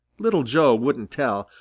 little joe wouldn't tell,